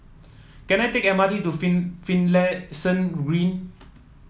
can I take M R T to Finlayson Green